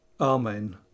Amen